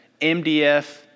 MDF